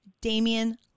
Damian